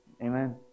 Amen